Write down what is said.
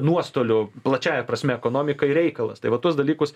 nuostolių plačiąja prasme ekonomikai reikalas tai va tuos dalykus